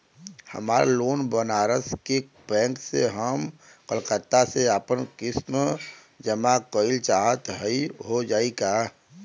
हमार लोन बनारस के बैंक से ह हम कलकत्ता से आपन किस्त जमा कइल चाहत हई हो जाई का?